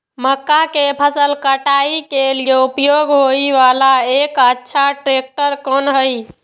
मक्का के फसल काटय के लिए उपयोग होय वाला एक अच्छा ट्रैक्टर कोन हय?